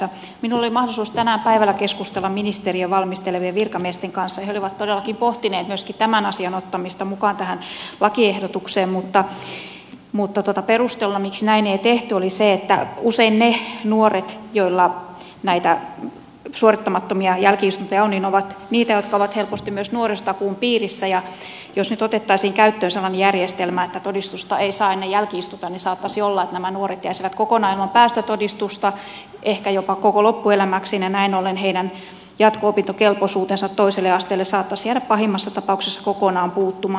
minulla oli mahdollisuus tänään päivällä keskustella ministeriön valmistelevien virkamiesten kanssa ja he olivat todellakin pohtineet myöskin tämän asian ottamista mukaan tähän lakiehdotukseen mutta perusteluna miksi näin ei tehty oli se että usein ne nuoret joilla näitä suorittamattomia jälki istuntoja on ovat niitä jotka ovat helposti myös nuorisotakuun piirissä ja jos nyt otettaisiin käyttöön sellainen järjestelmä että todistusta ei saa ennen jälki istuntoja niin saattaisi olla että nämä nuoret jäisivät kokonaan ilman päästötodistusta ehkä jopa koko loppuelämäkseen ja näin ollen heidän jatko opintokelpoisuutensa toiselle asteelle saattaisi jäädä pahimmassa tapauksessa kokonaan puuttumaan